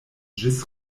ĝis